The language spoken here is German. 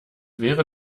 wäre